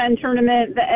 tournament